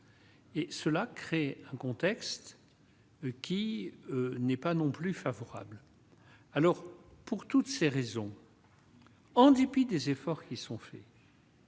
et cela crée un contexte qui n'est pas non plus favorable alors pour toutes ces raisons. En dépit des efforts qui sont faits.